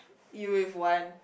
you with one